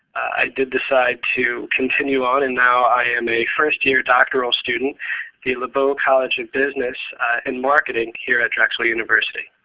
i did decide to continue on, and now i am a first year doctoral student at lebow college of business and marketing here at drexel university.